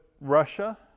Russia